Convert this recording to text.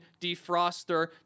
Defroster